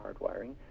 hardwiring